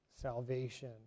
salvation